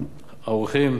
האורחים,